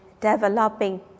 developing